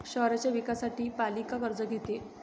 शहराच्या विकासासाठी पालिका कर्ज घेते